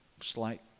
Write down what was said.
slight